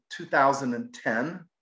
2010